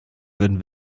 würden